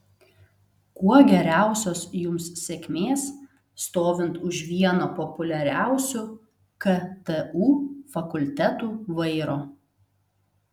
kuo geriausios jums sėkmės stovint už vieno populiariausių ktu fakultetų vairo